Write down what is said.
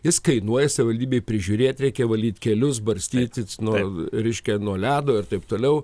jis kainuoja savivaldybei prižiūrėt reikia valyt kelius barstyt nu reiškia nuo ledo ir taip toliau